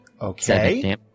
Okay